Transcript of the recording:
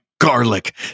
garlic